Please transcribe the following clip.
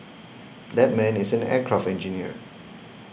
that man is an aircraft engineer